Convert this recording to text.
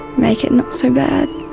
make it not so bad.